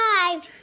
five